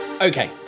Okay